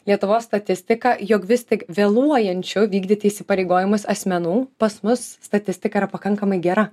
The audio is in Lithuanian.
lietuvos statistika jog vis tik vėluojančių vykdyti įsipareigojimus asmenų pas mus statistika yra pakankamai gera